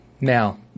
now